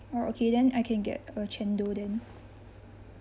oh okay then I can get a cendol then